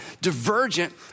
divergent